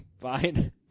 Fine